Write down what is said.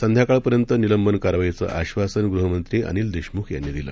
संध्याकाळपर्यंत निलंबन कारवाईचं आधासान गृहमंत्री अनिल देशमुख यांनी दिलं